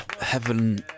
Heaven